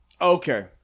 Okay